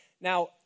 Now